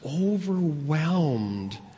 overwhelmed